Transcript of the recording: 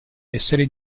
essere